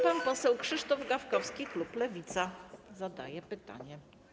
Pan poseł Krzysztof Gawkowski, klub Lewica, zadaje pytanie.